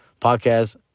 podcast